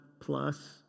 plus